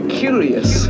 curious